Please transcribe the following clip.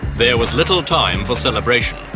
there was little time for celebration.